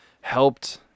helped